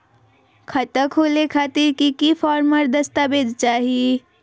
खाता खोले खातिर की की फॉर्म और दस्तावेज चाही?